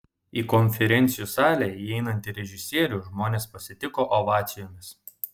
į konferencijų salę įeinantį režisierių žmonės pasitiko ovacijomis